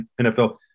NFL